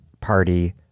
Party